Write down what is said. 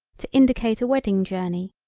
to indicate a wedding journey,